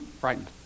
frightened